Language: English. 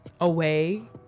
away